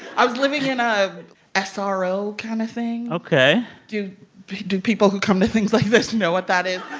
i was living in ah a ah sro kind of thing ok do do people who come to things like this know what that is?